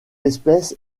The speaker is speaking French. espèce